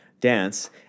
dance